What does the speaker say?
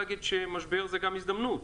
משבר הוא גם הזדמנות,